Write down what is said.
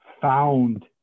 found